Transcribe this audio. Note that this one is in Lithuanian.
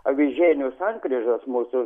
avižienių sankryžos mūsų